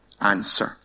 answer